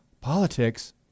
politics